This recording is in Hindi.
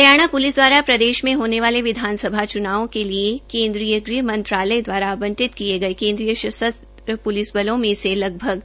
हरियाणा पुलिस द्वारा प्रदेश में होने वाले विधानसभा चुनावों हेतू केंद्रीय गृह मंत्रालय द्वारा आंबटित किए गए केंद्रीय सशस्त्र पुलिस बलों में से लगभग